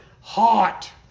hot